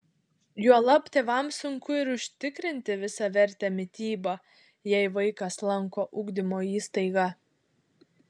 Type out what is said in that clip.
juolab tėvams sunku ir užtikrinti visavertę mitybą jei vaikas lanko ugdymo įstaigą